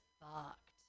fucked